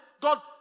God